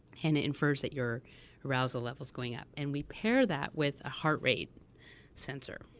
and it infers that your arousal level is going up, and we paid that with a heart rate sensor.